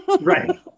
right